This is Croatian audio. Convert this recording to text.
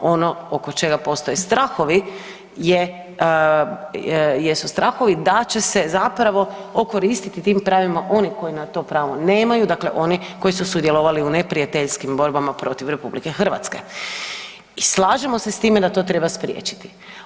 Ono oko čega postoje strahovi jesu strahovi da će se zapravo okoristiti tim pravima oni koji na to pravo nemaju, dakle oni koji su sudjelovali u neprijateljskim borbama protiv RH i slažemo se s time da to treba spriječiti.